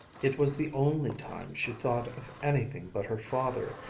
it was the only time she thought of anything but her father,